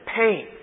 pain